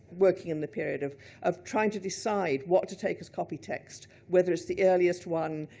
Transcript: working in the period, of of trying to decide what to take as copy text, whether it's the earliest one,